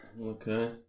Okay